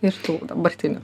ir tų dabartinių